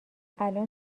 الان